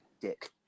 dick